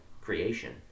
creation